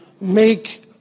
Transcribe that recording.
make